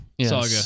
saga